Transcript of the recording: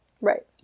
Right